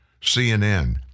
CNN